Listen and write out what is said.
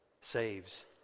saves